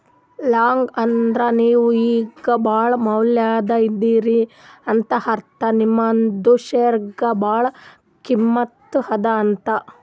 long ಅಂದುರ್ ನೀವು ಈಗ ಭಾಳ ಮ್ಯಾಲ ಇದೀರಿ ಅಂತ ಅರ್ಥ ನಿಮ್ದು ಶೇರ್ಗ ಭಾಳ ಕಿಮ್ಮತ್ ಅದಾ ಅಂತ್